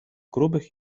grubych